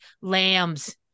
lambs